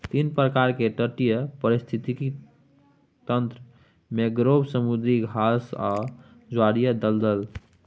तीन प्रकार के तटीय पारिस्थितिक तंत्र मैंग्रोव, समुद्री घास आर ज्वारीय दलदल